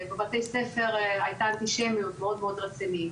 בבתי ספר הייתה אנטישמיות מאוד מאוד רצינית